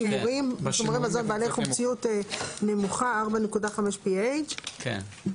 שימורי מזון בעלי חומציות נמוכה 4.5PH. כן.